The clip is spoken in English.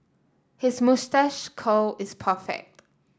his moustache curl is perfect